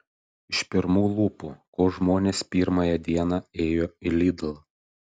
iš pirmų lūpų ko žmonės pirmąją dieną ėjo į lidl